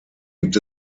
gibt